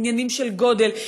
עניינים של גודל,